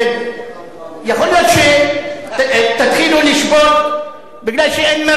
יכול להיות שתתחילו לשבות מפני שאין מרינה, גם.